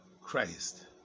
Christ